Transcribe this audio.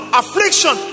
affliction